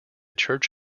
church